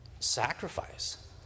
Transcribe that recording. sacrifice